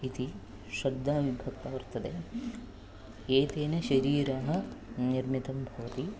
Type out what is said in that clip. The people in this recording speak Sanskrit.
इति षड्धा विभक्ता वर्तते एतेन शरीरः निर्मितं भवति